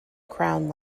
crown